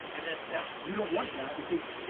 and that step is you don't want that because